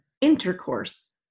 intercourse